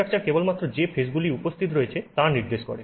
microstructure কেবলমাত্র যে ফেজগুলি উপস্থিত রয়েছে তা নির্দেশ করে